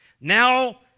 Now